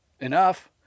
enough